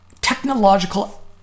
technological